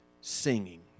Singing